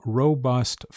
robust